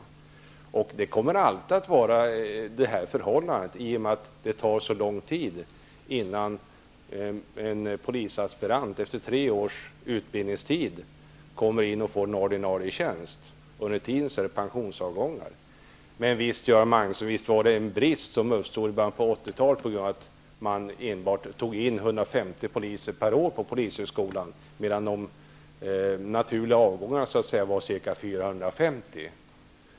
Det här förhållandet kommer alltid att råda i och med att det tar så lång tid innan en polisaspirant får en ordinarie tjänst. Under tiden förekommer det också pensionsavgångar. Men visst uppstod det en brist i början av 80-talet till följd av att man enbart tog in 150 polisaspiranter per år på polishögskolan medan de naturliga avgångarna var 450.